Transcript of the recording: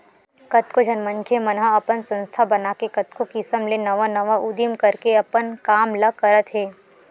कतको झन मनखे मन ह अपन संस्था बनाके कतको किसम ले नवा नवा उदीम करके अपन काम ल करत हे